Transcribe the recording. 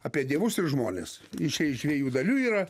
apie dievus ir žmones iš dviejų dalių yra